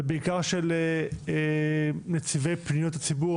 ובעיקר של נציבי פניות הציבור,